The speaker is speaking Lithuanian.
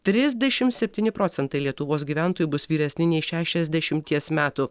trisdešimt septyni procentai lietuvos gyventojų bus vyresni nei šešiasdešimties metų